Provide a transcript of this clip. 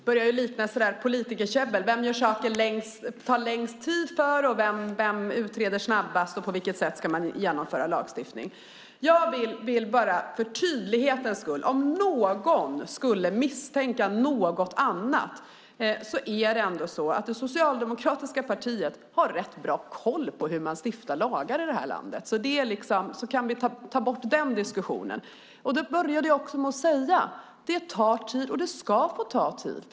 Herr talman! Detta börjar likna politikerkäbbel: Vem tar det längst tid för att göra saker? Vem utreder snabbast? På vilket sätt ska man genomföra lagstiftning? Jag vill bara för tydlighetens skull framföra att det socialdemokratiska partiet har rätt bra koll på hur man stiftar lagar i det här landet - om någon skulle misstänka något annat. Den diskussionen kan vi ta bort. Jag började också med att säga att detta tar tid, och det ska få ta tid.